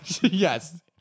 yes